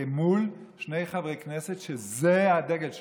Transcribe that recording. מול שני חברי כנסת שזה הדגל שלהם.